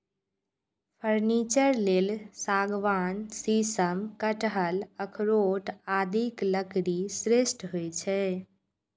furniture लेल सागवान, शीशम, कटहल, अखरोट आदिक लकड़ी श्रेष्ठ होइ छै